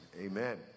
Amen